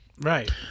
Right